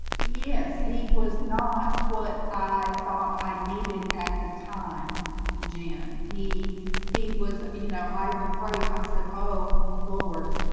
yes, he was not what i thought i needed at the time the gym he he was you know, i even prayed i said oh lord